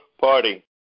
Party